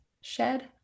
shed